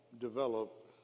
develop